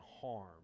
harm